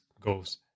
goes